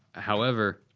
however,